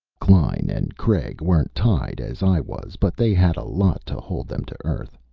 klein and craig weren't tied as i was, but they had a lot to hold them to earth.